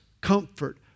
comfort